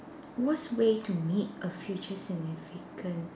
worst way to meet a future significant